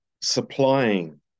supplying